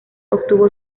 obtuvo